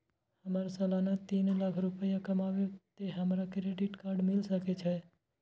हमर सालाना तीन लाख रुपए कमाबे ते हमरा क्रेडिट कार्ड मिल सके छे?